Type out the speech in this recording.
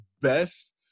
best